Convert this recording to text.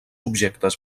objectes